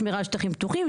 שמירה על שטחים פתוחים,